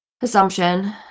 assumption